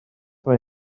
mae